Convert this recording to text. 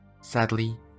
Sadly